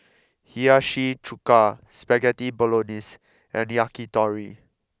Hiyashi Chuka Spaghetti Bolognese and Yakitori